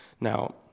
now